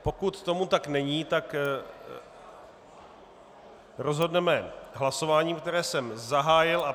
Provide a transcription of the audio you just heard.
Pokud tomu tak není, rozhodneme hlasováním, které jsem zahájil.